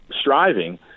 striving